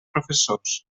professors